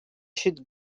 should